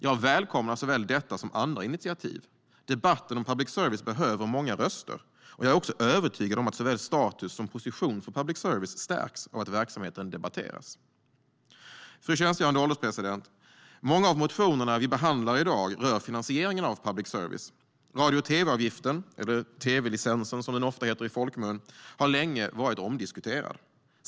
Jag välkomnar såväl detta som andra initiativ. Debatten om public service behöver många röster. Jag är också övertygad om att såväl status som position för public service stärks av att verksamheten debatteras. Fru ålderspresident! Många av motionerna vi behandlar i dag rör finansieringen av public service. Radio och tv-avgiften - eller tv-licensen, som den ofta heter i folkmun - har länge varit omdiskuterad.